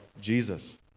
Jesus